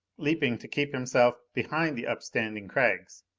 leaping to keep himself behind the upstanding crags.